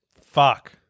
fuck